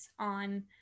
on